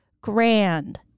grand